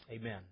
Amen